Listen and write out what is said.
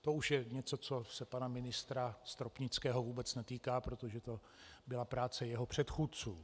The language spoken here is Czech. To už je něco, co se pana ministra Stropnického vůbec netýká, protože to byla práce jeho předchůdců.